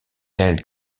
telle